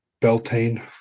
Beltane